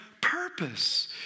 purpose